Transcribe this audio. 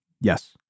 Yes